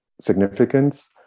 significance